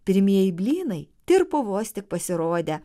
pirmieji blynai tirpo vos tik pasirodę